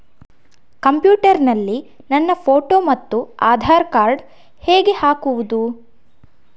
Computer ನಲ್ಲಿ ನನ್ನ photo ಮತ್ತು ಆಧಾರ್ ಕಾರ್ಡ್ ಹೇಗೆ ಹಾಕುವುದು?